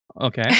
Okay